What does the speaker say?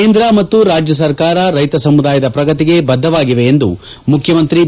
ಕೇಂದ್ರ ಮತ್ತು ರಾಜ್ಯ ಸರ್ಕಾರ ರೈತ ಸಮುದಾಯದ ಪ್ರಗತಿಗೆ ಬದ್ದವಾಗಿದೆ ಎಂದು ಮುಖ್ಯಮಂತ್ರಿ ಬಿ